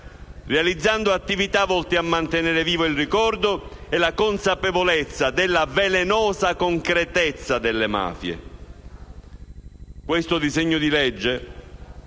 realizzando attività volte a mantenere vivo il ricordo e la consapevolezza della velenosa concretezza delle mafie. Questo disegno di legge,